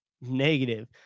negative